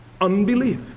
Unbelief